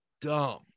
dumb